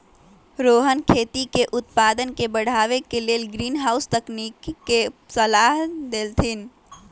रोहन खेती के उत्पादन के बढ़ावे के लेल ग्रीनहाउस तकनिक के सलाह देलथिन